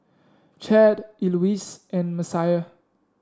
Chadd Eloise and Messiah